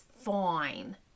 fine